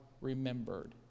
remembered